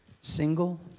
Single